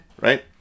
right